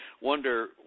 wonder